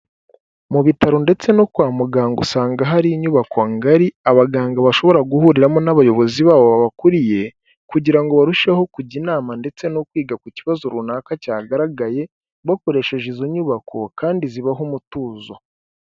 Mu bitaro ndetse no kwa muganga usanga hari inyubako ngari abaganga bashobora guhuriramo n'abayobozi babo babakuriye, kugira ngo barusheho kujya inama ndetse no kwiga ku kibazo runaka cyagaragaye, bakoresheje izo nyubako kandi zibaha umutuzo.